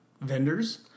vendors